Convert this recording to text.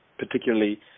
particularly